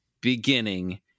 beginning